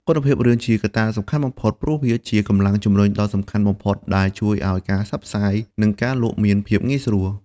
គុណភាពរឿងជាកត្តាសំខាន់បំផុត ព្រោះវាជាកម្លាំងជំរុញដ៏សំខាន់បំផុតដែលជួយឲ្យការផ្សព្វផ្សាយ និងការលក់មានភាពងាយស្រួល។